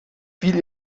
fiel